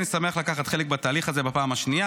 אני שמח לקחת חלק בתהליך הזה בפעם השנייה